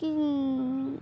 କି